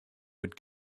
would